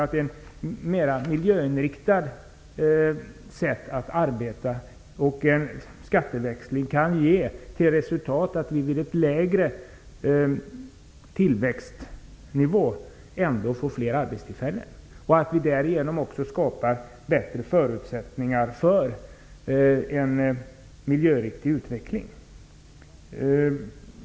Ett mer miljöinriktat sätt att arbeta och en skatteväxling kan ge till resultat att vi vid en lägre tillväxtnivå ändå får fler arbetstillfällen. Därigenom skapar vi också bättre förutsättningar för en miljöriktig utveckling.